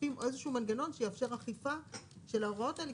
כספיים או איזשהו מנגנון שיאפשר אכיפה של ההוראות האלה.